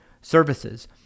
services